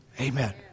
Amen